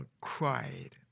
cried